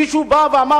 מישהו בא ואמר,